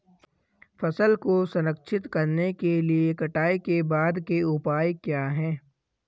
फसल को संरक्षित करने के लिए कटाई के बाद के उपाय क्या हैं?